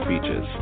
beaches